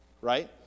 right